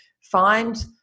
find